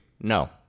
No